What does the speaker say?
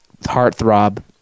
Heartthrob